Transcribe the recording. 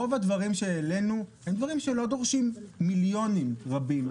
רוב הדברים שהעלינו לא דורשים מיליונים רבים.